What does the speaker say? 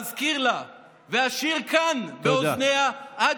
/ אזכיר לה / ואשיר כאן באוזניה, תודה.